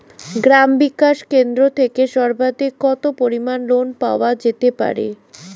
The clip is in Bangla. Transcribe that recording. গ্রাম বিকাশ কেন্দ্র থেকে সর্বাধিক কত পরিমান লোন পাওয়া যেতে পারে?